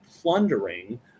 plundering